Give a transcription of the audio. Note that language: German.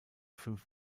fünf